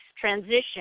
transition